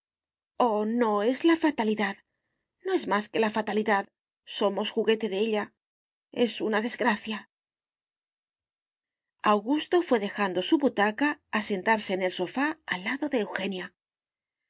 oh no es la fatalidad no es más que la fatalidad somos juguete de ella es una desgracia augusto fué dejando su butaca a sentarse en el sofá al lado de